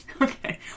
Okay